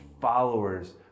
followers